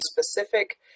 specific